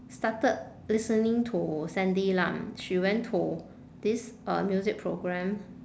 started listening to sandy lam she went to this uh music program